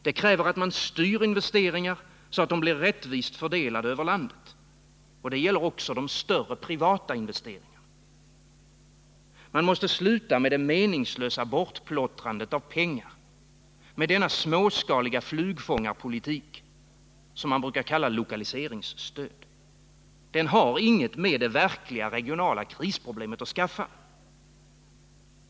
Det kräver att man styr investeringar så att de blir rättvist fördelade över landet — det gäller också de större privata investeringarna. Man måste sluta med det meningslösa bortplottrandet av pengar, med denna småskaliga flugfångarpolitik som man brukar kalla lokaliseringsstöd. Den har inget med det verkliga regionala krisproblemet att skaffa.